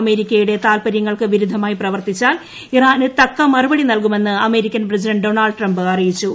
അമേരിക്കയുടെ താൽപര്യങ്ങൾക്ക് വിരുദ്ധമായി പ്രവർത്തിച്ചാൽ ഇറാന് തക്ക മറുപടി നൽകുമെന്ന് അമേരിക്കൻ പ്രസിഡന്റ് ഡോണൾഡ് ട്രംപ് അറിയിച്ചു